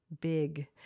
big